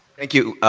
thank you,